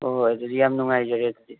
ꯍꯣꯏ ꯍꯣꯏ ꯑꯗꯨꯗꯤ ꯌꯥꯝ ꯅꯨꯡꯉꯥꯏꯖꯔꯦ ꯑꯗꯨꯗꯤ